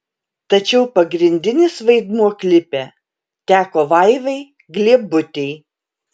tačiau pagrindinis vaidmuo klipe teko vaivai gliebutei